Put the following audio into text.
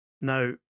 Now